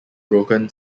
broken